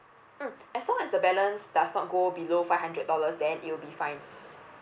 mm as long as the balance does not go below five hundred dollars then it'll be fine